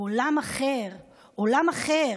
עולם אחר, עולם אחר.